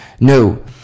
No